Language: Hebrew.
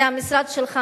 המשרד שלך,